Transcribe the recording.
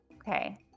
Okay